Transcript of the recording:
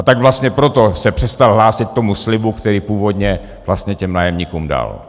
Tak vlastně proto se přestal hlásit k tomu slibu, který původně nájemníkům dal.